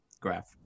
graph